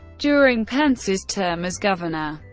during pence's term as governor,